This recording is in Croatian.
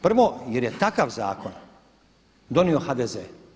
Prvo, jer je takav zakon donio HDZ.